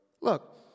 Look